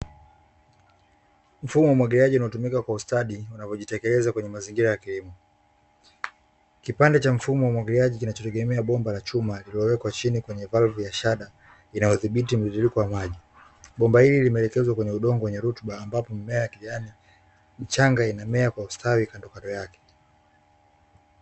Mfumo wa umwagiliaji unaotumika Kwa ustadi unavyojitekeleza kwenye mazingira ya kilimo, kipande cha mfumo wa umwagiliaji kinachotegemea bomba la chuma, lililowekwa chini kwenye valvu ya shada inayodhibiti mtiririko wa maji, bomba hili limeelekezwa kwenye udongo wenye rutuba ambapo mimea ya kijani, michanga inamea kwa ustawi kandokando yake.